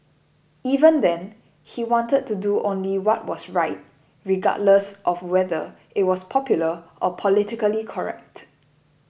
even then he wanted to do only what was right regardless of whether it was popular or politically correct